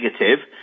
negative